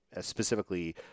specifically